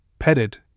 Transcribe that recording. petted